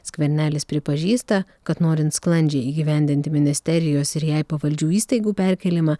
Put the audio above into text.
skvernelis pripažįsta kad norint sklandžiai įgyvendinti ministerijos ir jai pavaldžių įstaigų perkėlimą